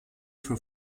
für